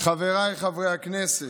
חבריי חברי הכנסת,